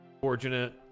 Fortunate